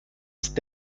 ist